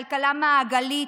כלכלה מעגלית,